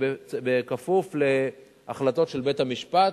ובכפוף להחלטות של בית-המשפט,